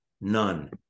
None